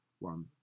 One